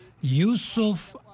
Yusuf